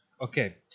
Okay